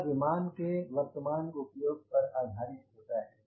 यह विमान के वर्तमान उपयोग पर आधारित होता है